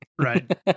right